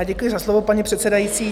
Děkuji za slovo, paní předsedající.